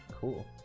cool